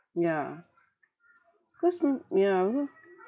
yeah cause mm ya